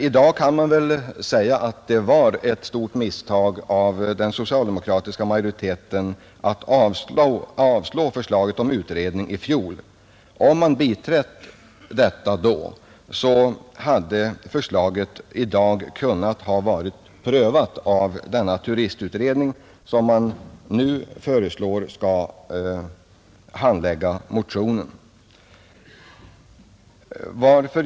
I dag kan man väl säga att det var ett stort misstag av den socialdemokratiska majoriteten att avslå förslaget om utredning av hälsocenter i Vindeln i fjol. Om man biträtt detta, kunde förslaget i dag ha varit prövat av den turistutredning som man nu i utskottet är enig om skall behandla motionen.